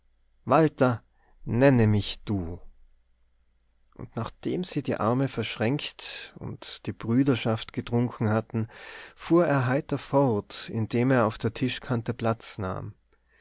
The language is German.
walter nenne mich du und nachdem sie die arme verschränkt und brüderschaft getrunken hatten fuhr er heiter fort indem er auf der tischkante platz nahm